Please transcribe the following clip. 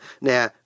Now